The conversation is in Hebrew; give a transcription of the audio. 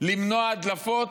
למנוע הדלפות,